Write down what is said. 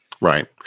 Right